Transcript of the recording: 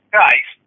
guys